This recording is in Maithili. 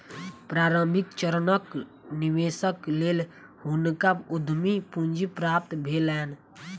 प्रारंभिक चरणक निवेशक लेल हुनका उद्यम पूंजी प्राप्त भेलैन